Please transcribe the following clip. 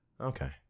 Okay